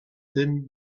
thin